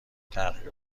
تحقیق